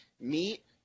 Meat